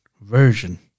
version